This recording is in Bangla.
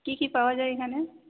কি কি পাওয়া যায় এখানে